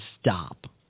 stop